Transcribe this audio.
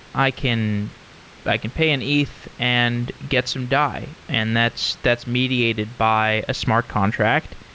i can i can pay an eth and get some dai, and that's that's mediated by a smart contract.